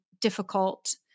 difficult